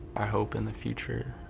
i hope in the future